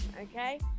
Okay